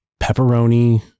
pepperoni